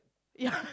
yeah